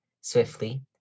swiftly